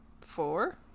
four